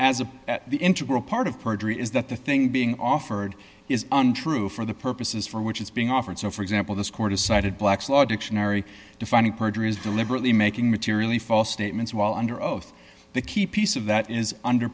a the integral part of perjury is that the thing being offered is untrue for the purposes for which is being offered so for example this court decided black's law dictionary defining perjury is deliberately making materially false statements while under oath the key piece of that is under